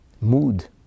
mood